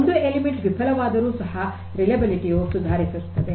ಒಂದು ಅಂಶ ವಿಫಲವಾದರೂ ಸಹ ವಿಶ್ವಾಸಾರ್ಹತೆಯು ಸುಧಾರಿಸುತ್ತದೆ